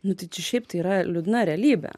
nu tai čia šiaip tai yra liūdna realybė